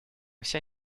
все